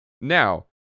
Now